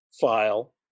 file